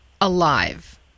alive